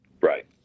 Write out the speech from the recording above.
Right